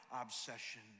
obsession